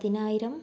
പതിനായിരം